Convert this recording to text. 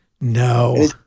No